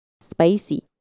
spicy